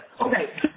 Okay